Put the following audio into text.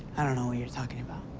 i don't know what you're talking about.